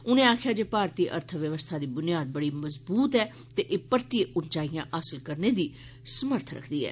उनें आखेआ भारती अर्थबवस्था दी बुनियाद बड़ी मजबूत ऐ ते परतियै उंचाइयां हासल करने दी समर्थ रक्खदी ऐ